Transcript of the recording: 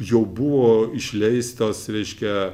jau buvo išleistos reiškia